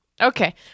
Okay